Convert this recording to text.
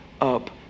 up